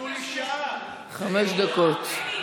חמש דקות,